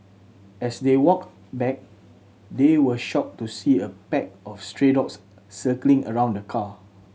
as they walked back they were shocked to see a pack of stray dogs circling around the car